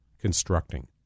constructing